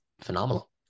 phenomenal